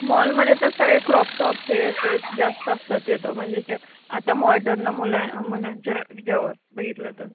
मॉलमध्ये तर सगळे क्रॉप टॉप्स हे तेच जास्त असतात तिथं म्हणजे त्या आता मॉडर्न मुला मुलांच्या ह्याच्यावर बघितलं तर